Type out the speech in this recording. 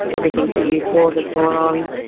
everything that you thought has gone on.